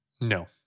No